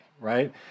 right